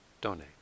donate